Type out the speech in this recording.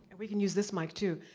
and we can use this mic too,